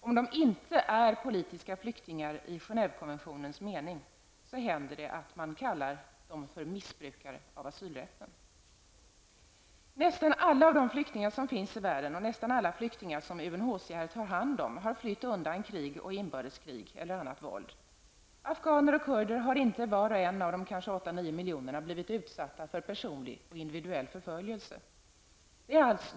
Om de inte är politiska flyktingar i Genève-konventionens mening händer det att man kallar den för missbrukare av asylrätten. Nästan alla flyktingar som finns i världen och nästan alla flyktingar som UNHCR tar hand om har flytt undan krig och inbördeskrig eller annat våld. Afganer och kurder har inte, var och en av de kanske 8--9 miljonerna, blivit utsatta för personlig och individuell förföljelse.